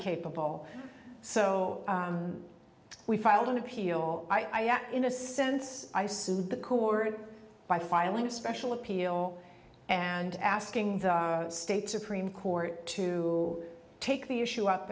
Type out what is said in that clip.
capable so we filed an appeal i am in a sense i sued the kourt by filing a special appeal and asking the state supreme court to take the issue up